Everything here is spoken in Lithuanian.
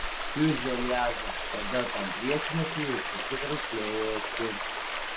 fiuzeliažo oda tam priešinasi ir šiek tiek raukšlėjasi